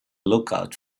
lookout